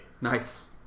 Nice